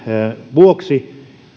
vuoksi